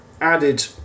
added